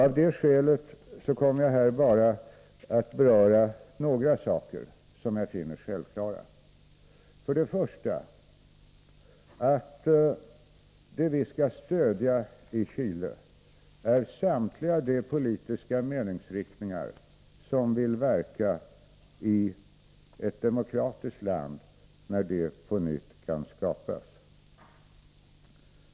Av det skälet kommer jag här bara att beröra några saker, som jag finner självklara. För det första: Det vi skall stödja i Chile är samtliga de politiska meningsriktningar som vill verka i ett demokratiskt land när det på nytt kan skapas.